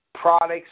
products